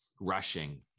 rushing